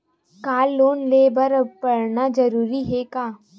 का लोन ले बर पढ़ना जरूरी हे का?